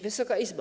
Wysoka Izbo!